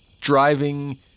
driving